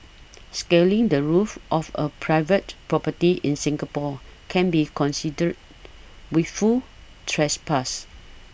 scaling the roof of a private property in Singapore can be considered wilful trespass